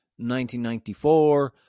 1994